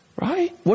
Right